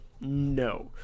No